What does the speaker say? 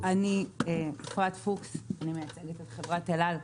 כבוד היושב-ראש, אני מייצגת את חברת אל-על.